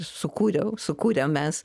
sukūriau sukūrėm mes